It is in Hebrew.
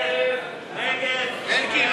ההסתייגויות (5) ולחלופין א' ו'